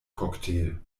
cocktail